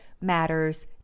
matters